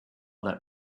that